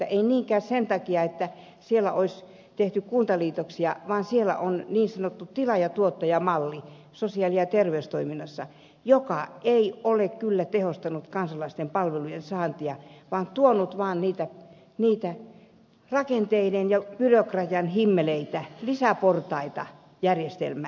ei niinkään sen takia että siellä olisi tehty kuntaliitoksia vaan siellä on sosiaali ja terveystoimessa niin sanottu tilaajatuottaja malli joka ei ole kyllä tehostanut kansalaisten palveluiden saantia vaan se on tuonut vain niitä rakenteiden ja byrokratian himmeleitä lisäportaita järjestelmään